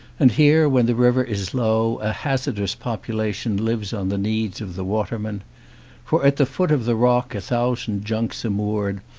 and here, when the river is low, a hazardous population lives on the needs of the watermen for at the foot of the rock a thousand junks are moored,